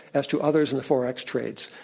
as to others in the forex trades,